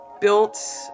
built